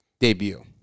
debut